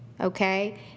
Okay